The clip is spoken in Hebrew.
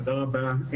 תודה רבה.